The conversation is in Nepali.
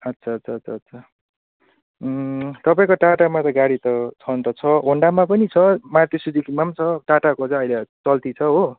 अच्छा अच्छा अच्छा अच्छा तपाईँको टाटामा त गाडी त छन त छ होन्डामा पनि छ मारुति सुजुकीमा पनि छ टाटाको चाहिँ अहिले चल्ती छ हो